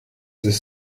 ist